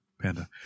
Panda